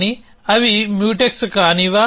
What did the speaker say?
కానీ అవి మ్యూటెక్స్ కానివా